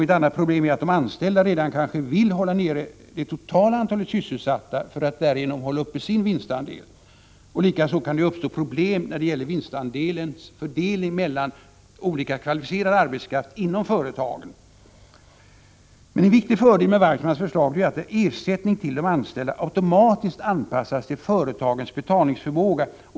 Ett annat problem är att de anställda kanske vill hålla nere det totala antalet sysselsatta för att därigenom hålla uppe sina vinstandelar. Likaså kan det uppstå problem när det gäller vinstandelens fördelning mellan olika kvalificerad arbetskraft inom företagen. En viktig fördel med Weitzmans förslag är att ersättningen till de anställda automatiskt anpassas till företagens betalningsförmåga.